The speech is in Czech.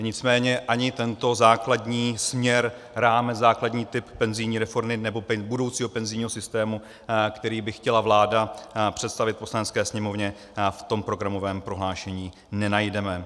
Nicméně ani tento základní směr, rámec, základní typ penzijní reformy nebo budoucího penzijního systému, který by chtěla vláda představit Poslanecké sněmovně, v tom programovém prohlášení nenajdeme.